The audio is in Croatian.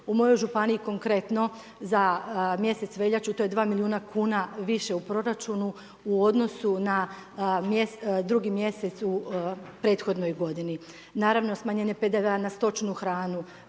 U mojoj županiji konkretno za mjesec veljaču, to je 2 milijuna kuna više u proračunu, u odnosu na 2. mj. u prethodnoj godini. Naravno, smanjenje PDV-a na stočnu hranu.